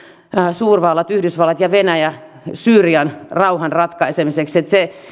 suurvallat yhdysvallat ja venäjä syyrian rauhan ratkaisemiseksi se